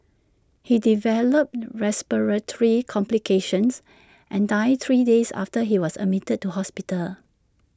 he developed respiratory complications and died three days after he was admitted to hospital